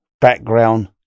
background